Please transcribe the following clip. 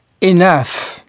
enough